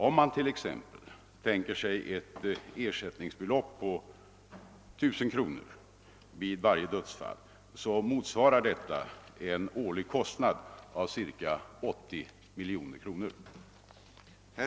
Om man t.ex. tänker sig ett ersättningsbelopp på 1 000 kronor vid varje dödsfall, motsvarar detta en årlig kostnad av ca 30 miljoner kronor.